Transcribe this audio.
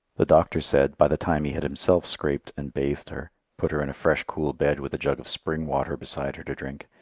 the doctor said, by the time he had himself scraped and bathed her, put her in a fresh cool bed with a jug of spring water beside her to drink,